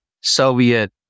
Soviet